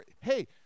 Hey